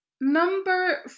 Number